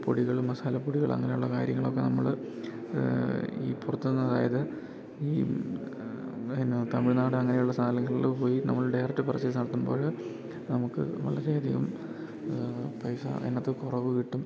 പൊടികള് മസാലപ്പൊടികളങ്ങനെയൊള്ള കാര്യങ്ങളൊക്കെ നമ്മള് ഈ പൊറത്തൂന്ന് അതായത് ഈ പിന്നെ തമിഴ്നാട് അങ്ങനെയുള്ള സ്ഥാലങ്ങളില് പോയി നമ്മള് ഡയറക്റ്റ് പർച്ചേസ് നടത്തുമ്പോഴ് നമുക്ക് വളരെയധികം പൈസ അയിനാത്ത് കൊറവ് കിട്ടും